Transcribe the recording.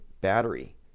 battery